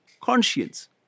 conscience